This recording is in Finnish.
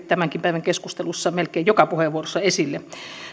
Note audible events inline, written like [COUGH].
[UNINTELLIGIBLE] tämänkin päivän keskustelussa melkein joka puheenvuorossa esille